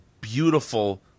beautiful